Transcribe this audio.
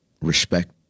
respect